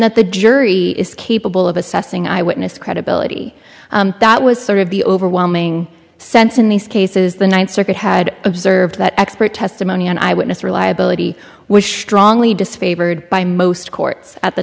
that the jury is capable of assessing eyewitness credibility that was sort of the overwhelming sense in these cases the ninth circuit had observed that expert testimony and eye witness reliability wished wrongly disfavored by most courts at the